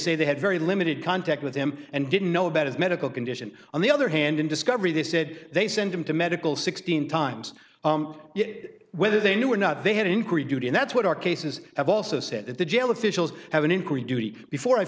say they had very limited contact with him and didn't know about his medical condition on the other hand in discovery they said they sent him to medical sixteen times whether they knew or not they had incredulity and that's what our cases have also said that the jail officials have an inquiry duty before i